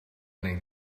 going